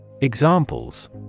Examples